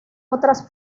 otras